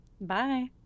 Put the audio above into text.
Bye